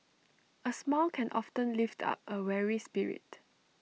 A smile can often lift up A weary spirit